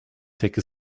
take